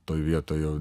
toje vietoj jau